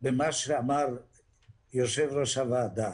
במה שאמר יושב ראש הוועדה,